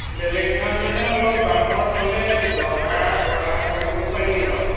বেলেগ ধান মানে অলপ বামৰ ফালে জহা বৰা কৰিব পাৰি আৰু